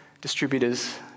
distributors